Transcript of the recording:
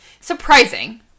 surprising